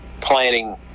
planning